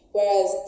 Whereas